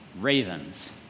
ravens